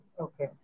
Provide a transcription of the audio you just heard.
Okay